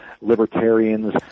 libertarians